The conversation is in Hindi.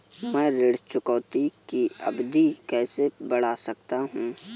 मैं ऋण चुकौती की अवधि कैसे बढ़ा सकता हूं?